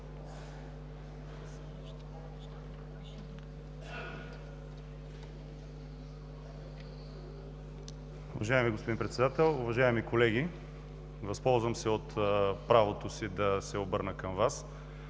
Уважаеми господин Председател, уважаеми колеги! Възползвам се от правото си да се обърна към Вас